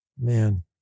Man